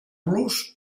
los